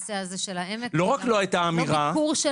בטח במערכת מורכבת כמו שראיתם היום.